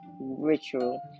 ritual